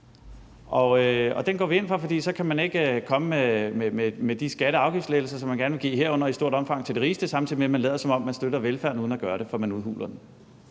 Den går vi ind for, for så kan man ikke komme med de skatte- og afgiftslettelser, som man gerne vil give, herunder i stort omfang til de rigeste, samtidig med at man lader, som om man sætter velfærden højt uden at gøre det – for man udhuler den.